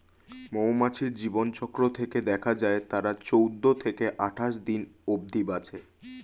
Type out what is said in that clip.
মৌমাছির জীবনচক্র থেকে দেখা যায় তারা চৌদ্দ থেকে আটাশ দিন অব্ধি বাঁচে